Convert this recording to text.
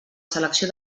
selecció